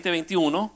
2021